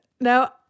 Now